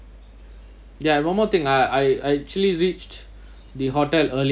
ya one more thing I I I actually reached the hotel earlier